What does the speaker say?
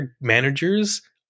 managers